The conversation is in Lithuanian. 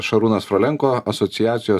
šarūnas frolenko asociacijos